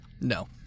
No